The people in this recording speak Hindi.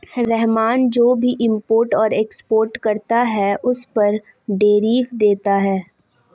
रहमान जो भी इम्पोर्ट और एक्सपोर्ट करता है उस पर टैरिफ देता है